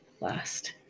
last